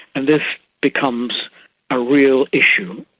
and this becomes a real issue,